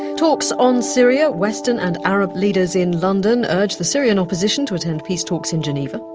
and talks on syria, western and arab leaders in london urge the syrian opposition to attend peace talks in geneva.